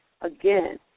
again